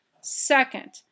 Second